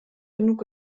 genug